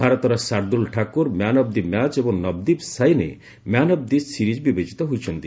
ଭାରତର Shardul Thakur man of the match ଏବଂ Navdeep Saini man of the series ବିବେଚିତ ହୋଇଛନ୍ତି